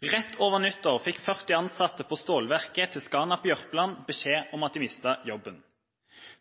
Rett over nyttår fikk 40 ansatte på stålverket Scana Steel på Jørpeland beskjed om at de mistet jobben.